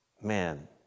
Man